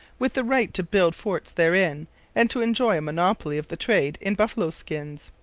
with the right to build forts therein and to enjoy a monopoly of the trade in buffalo skins.